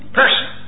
person